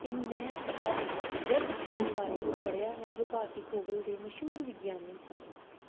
ਅਤੇ ਮੈਂ ਆਪ ਅਪਜਦ ਖਾਨ ਬਾਰੇ ਪੜ੍ਹਿਆ ਹੈ ਜੋ ਭਾਰਤੀ ਖਗੋਲ ਦੇ ਮਸ਼ਹੂਰ ਵਿਗਿਆਨੀ ਸਨ